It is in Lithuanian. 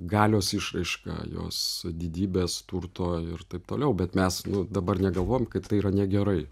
galios išraiška jos didybės turto ir taip toliau bet mes dabar negalvojam kad tai yra negerai